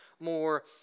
more